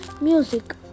music